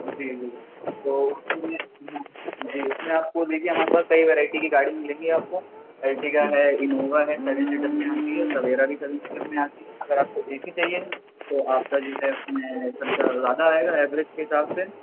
جی جی تو جی اُس میں آپ کو دیکھیے ہمارے پاس کئی ورائٹی کی گاڑی ملیں گی آپ کو ایرٹیگا ہے انووا ہے سیون سیٹر میں آتی ہے ٹویرا بھی سیون سیٹر میں آتی ہے اگر آپ کو اے سی چاہیے تو آپ کا جو ہے اُس میں خرچہ زیادہ آئے گا ایوریج کے حساب سے